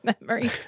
memory